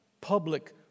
public